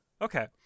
Okay